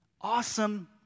Awesome